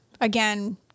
Again